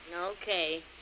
Okay